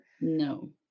No